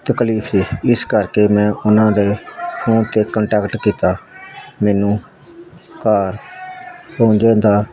ਤਕਲੀਫ ਸੀ ਇਸ ਕਰਕੇ ਮੈਂ ਉਹਨਾਂ ਦੇ ਫੋਨ 'ਤੇ ਕੰਟੈਕਟ ਕੀਤਾ ਮੈਨੂੰ ਘਰ ਪਹੁੰਚਣ ਦਾ